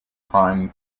crime